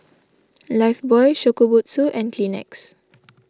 Lifebuoy Shokubutsu and Kleenex